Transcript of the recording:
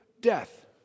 death